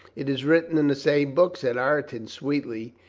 it is written in the same book, said ireton sweetly,